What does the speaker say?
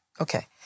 Okay